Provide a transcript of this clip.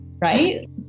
right